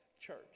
church